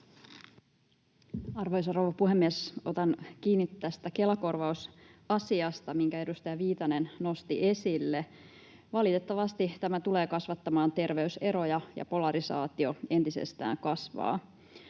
Arvoisa rouva puhemies! Otan kiinni tästä Kela-korvausasiasta, minkä edustaja Viitanen nosti esille. Valitettavasti tämä tulee kasvattamaan terveyseroja ja polarisaatio entisestään kasvaa.